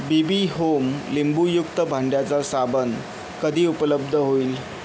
Bibi Home लिंबूयुक्त भांड्याचा साबण कधी उपलब्ध होईल